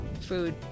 food